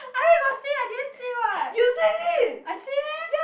I where got say I didn't say what I say meh